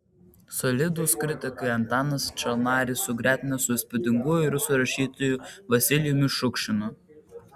solidūs kritikai antaną čalnarį sugretina su įspūdinguoju rusų rašytoju vasilijumi šukšinu